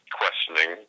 questioning